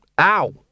ow